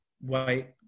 white